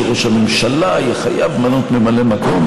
שראש הממשלה יהיה חייב למנות ממלא מקום,